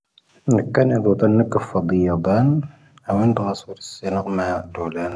ⵏⵉⴽ ⴽⴰⵏ ⴻⴷoⵜⴰⵏ ⵏⵉⴽ ⴼⴰⴷⵉⵢⴰⴷⴰⵏ ⴰⵡⴻⵏⴷⵀⴰⴰⵙⵡⴰⵔⵉ ⵙⵉⵏⴰⴽⵎⴰ ⴷⵀoⵍⴰⵏ.